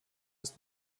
ist